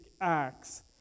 acts